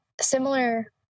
similar